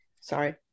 sorry